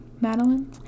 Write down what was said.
Madeline